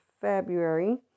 February